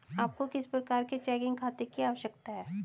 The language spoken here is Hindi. आपको किस प्रकार के चेकिंग खाते की आवश्यकता है?